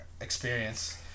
experience